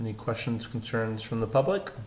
any questions concerns from the public